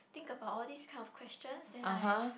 think about all these kind of question then I